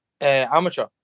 amateur